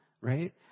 right